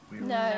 No